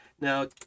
now